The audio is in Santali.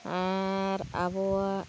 ᱟᱨᱻ ᱟᱵᱚᱣᱟᱜ